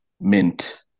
mint